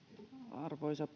arvoisa